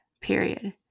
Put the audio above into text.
period